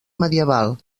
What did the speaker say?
medieval